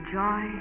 joy